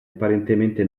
apparentemente